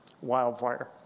wildfire